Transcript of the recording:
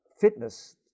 fitness